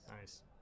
nice